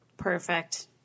Perfect